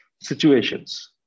situations